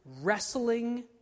wrestling